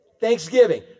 Thanksgiving